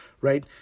Right